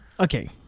Okay